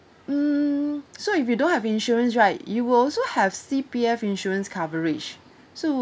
mm so if you don't have insurance right you will also have C_P_F insurance coverage so